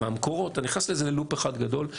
אתה נכנס לאיזשהו לופ אחד גדול.